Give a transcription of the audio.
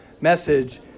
message